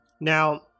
Now